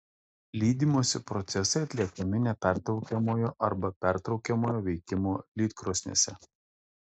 lydymosi procesai atliekami nepertraukiamojo arba pertraukiamojo veikimo lydkrosnėse